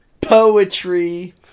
Poetry